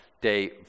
day